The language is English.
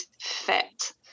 fit